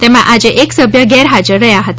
તેમાં આજે એક સભ્ય ગેરહાજર રહ્યા હતા